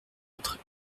être